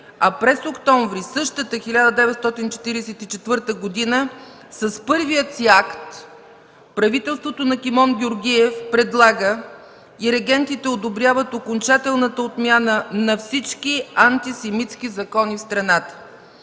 а през октомври същата година с първия си акт правителството на Кимон Георгиев предлага и регентите одобряват окончателната отмяна на всички антисемитски закони в страната.